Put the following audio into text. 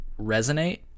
Resonate